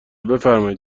بفرمایید